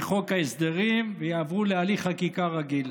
מחוק ההסדרים, והם יעברו להליך חקיקה רגיל.